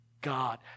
God